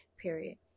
Period